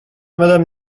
madame